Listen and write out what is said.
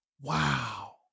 Wow